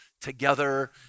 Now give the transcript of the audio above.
together